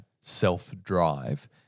self-drive